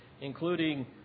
including